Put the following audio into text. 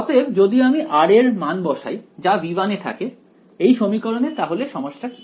অতএব যদি আমি r এর মান বসাই যা V1 এ থাকে এই সমীকরণে তাহলে সমস্যা কি